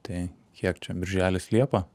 tai kiek čia birželis liepa